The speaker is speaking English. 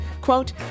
Quote